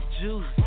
juice